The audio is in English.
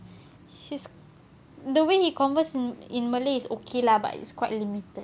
his the way he converse in in malay is okay lah but it's quite limited